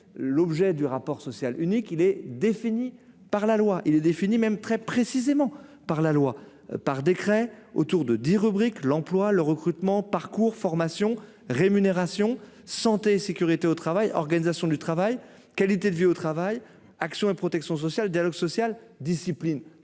l'objet du rapport social unique, il est défini par la loi et les défini même très précisément par la loi, par décret, autour de 10 rubrique l'emploi le recrutement parcours : formation, rémunération santé-sécurité au travail, organisation du travail, qualité de vie au travail : action et protection sociale dialogue social discipline